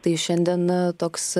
tai šiandien toks